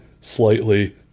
slightly